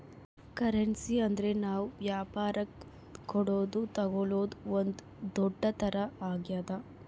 currency ಅಂದ್ರ ನಾವ್ ವ್ಯಾಪರಕ್ ಕೊಡೋದು ತಾಗೊಳೋದು ಒಂದ್ ದುಡ್ಡು ತರ ಆಗ್ಯಾದ